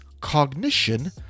cognition